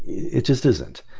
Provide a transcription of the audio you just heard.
it just isn't.